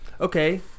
Okay